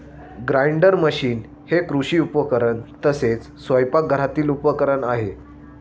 grinder machine हे कृषी उपकरण तसेच स्वयंपाकघरातील उपकरण आहे